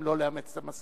אם לא לאמץ את המסקנות,